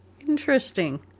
interesting